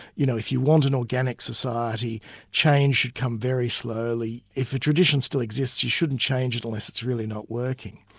you know, if you want an organic society change should come very slowly. if a tradition still exists, you shouldn't change it unless it's really not working.